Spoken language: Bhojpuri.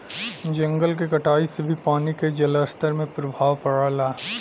जंगल के कटाई से भी पानी के जलस्तर में प्रभाव पड़ला